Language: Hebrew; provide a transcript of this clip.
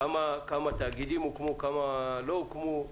כמה תאגידים הוקמו, כמה לא הוקמו.